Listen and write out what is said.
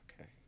Okay